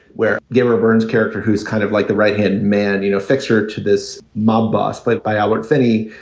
where debra burns character, who's kind of like the right hand man, you know, fixer to this mob boss, played by albert finney,